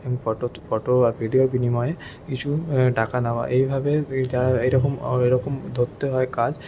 photo photo আর ভিডিওর বিনিময়ে কিছু টাকা নেওয়া এইভাবে যারা এরকম এরকম ধরতে হয় কাজ